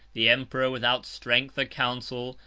the emperor, without strength or counsel,